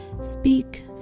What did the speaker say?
speak